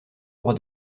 roi